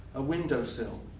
a windowsill.